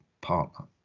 partner